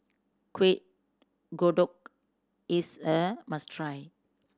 Kueh Kodok is a must try